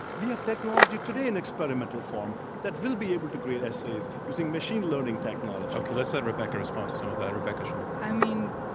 we have technology today in experimental form that will be able to grade essays using a machine learning technology. okay, let's let rebecca respond to some of that. rebecca schuman. i mean,